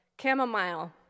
chamomile